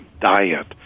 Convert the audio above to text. diet